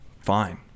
fine